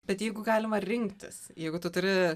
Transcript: bet jeigu galima rinktis jeigu tu turi